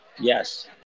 Yes